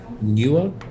newer